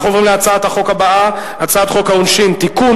אנחנו עוברים להצעת החוק הבאה: הצעת חוק העונשין (תיקון,